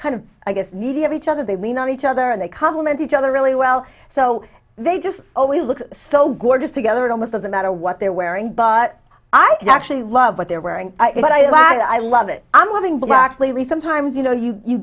kind of i guess needy of each other they lean on each other and they complement each other really well so they just always look so gorgeous together it almost doesn't matter what they're wearing but i actually love what they're wearing but i love it i'm loving blackly sometimes you know you